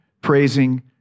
praising